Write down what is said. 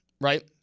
right